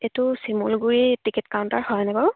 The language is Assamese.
এইটো শিমলগুৰি টিকেট কাউণ্টাৰ হয়নে বাৰু